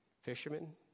fishermen